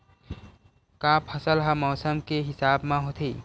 का फसल ह मौसम के हिसाब म होथे?